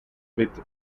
with